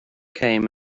came